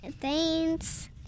Thanks